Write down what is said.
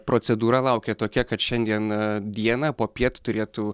procedūra laukia tokia kad šiandien dieną popiet turėtų